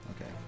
okay